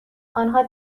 آنها